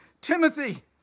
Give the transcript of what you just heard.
Timothy